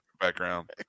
background